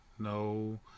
No